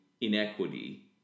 inequity